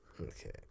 Okay